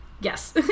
Yes